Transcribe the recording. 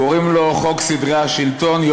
קוראים לו חוק סדרי השלטון והמשפט,